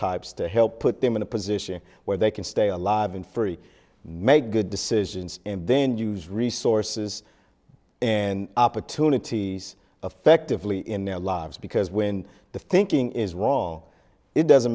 types to help put them in a position where they can stay alive and free make good decisions and then use resources and opportunities affectively in their lives because when the thinking is wrong it doesn't